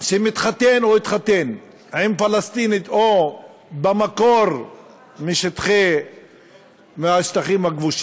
שמתחתן או התחתן עם פלסטינית או במקור מהשטחים הכבושים,